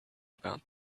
about